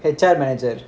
H_R manager